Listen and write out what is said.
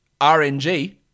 RNG